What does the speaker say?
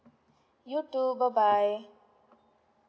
you too bye bye